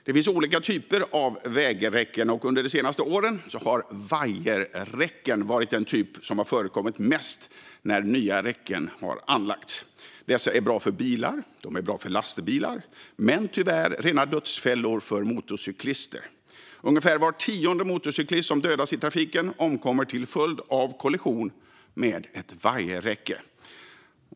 Det finns olika typer av vägräcken, och under de senaste åren har vajerräcken varit den typ som förekommit mest när nya räcken har anlagts. Dessa är bra för bilar och lastbilar men tyvärr rena dödsfällor för motorcyklister. Ungefär var tionde motorcyklist som dödas i trafiken omkommer till följd av kollision med ett vajerräcke.